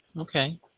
okay